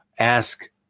ask